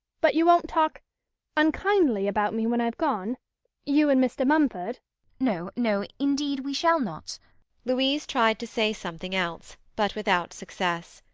but you won't talk unkindly about me when i've gone you and mr. mumford no, no indeed we shall not louise tried to say something else, but without success.